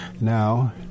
now